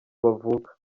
bavuka